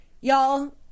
Y'all